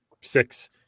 six